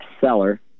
seller